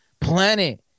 planet